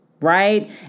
Right